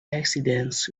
accidents